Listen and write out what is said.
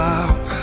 up